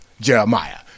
Jeremiah